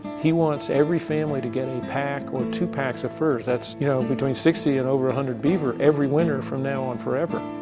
he wants every family to get a pack or two packs of furs, that's you know between sixty and over one hundred beaver, every winter from now on forever.